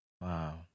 Wow